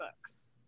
books